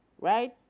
Right